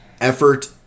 effort